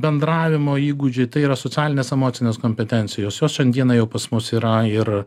bendravimo įgūdžiai tai yra socialinės emocinės kompetencijos jos šiandieną jau pas mus yra ir